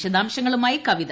വിശദാംശങ്ങളുമായി കവിത